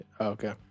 Okay